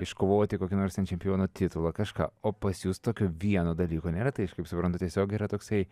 iškovoti kokį nors čempiono titulą kažką o pas jus tokio vieno dalyko nėra tai aš kaip suprantu tiesiog yra toksai